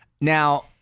Now